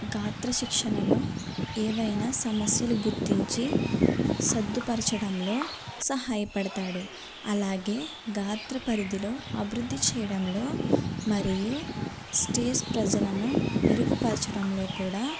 గాత్ర శిక్షణలో ఏవైనా సమస్యలు గుర్తించి సద్దుపరచడంలో సహాయపడతాడు అలాగే గాత్ర పరిధిలో అభివృద్ధి చేయడంలో మరియు స్టేజ్ ప్రజలను మెరుగుపరచడంలో కూడా